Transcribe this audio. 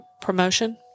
promotion